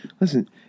Listen